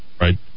right